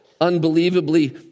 unbelievably